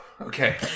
Okay